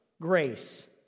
grace